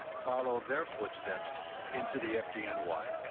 follow their footsteps into the fd n. y.